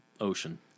ocean